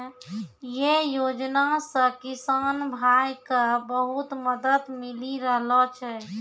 यै योजना सॅ किसान भाय क बहुत मदद मिली रहलो छै